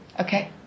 Okay